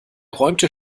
räumte